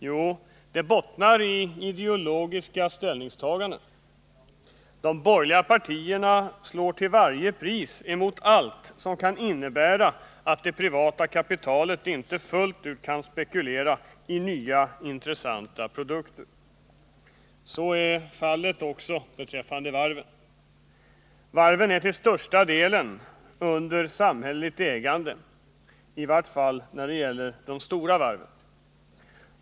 Jo, det bottnar i ideologiska ställningstaganden. De borgerliga partierna slår till varje pris emot allt som kan innebära att det privata kapitalet inte fullt ut kan spekulera i nya intressanta produkter. Så är fallet också beträffande varven. Varven är till största delen samhälleligt ägda, i varje fall de stora varven.